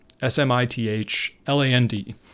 S-M-I-T-H-L-A-N-D